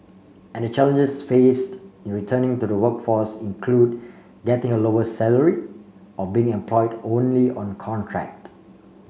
and the challenges faced in returning to the workforce include getting a lower salary or being employed only on contract